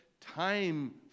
time